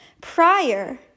prior